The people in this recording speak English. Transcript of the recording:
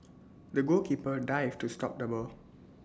the goalkeeper dived to stop the ball